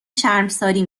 شرمساری